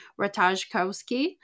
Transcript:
Ratajkowski